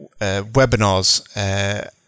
webinars